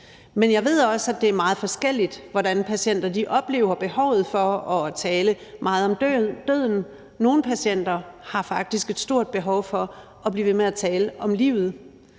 Men jeg ved også, at det er meget forskelligt, hvordan patienter oplever behovet for at tale meget om døden. Nogle patienter har faktisk et stort behov for at blive ved med at tale om livet.